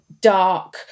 dark